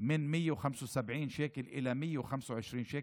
ובמקום 175 שקל התשלום יהיה 125 שקל,